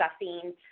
discussing